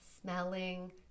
smelling